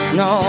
no